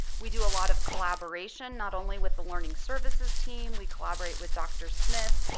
we do a lot of collaboration not only with the learning services team. we collaborate with dr. smith.